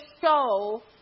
show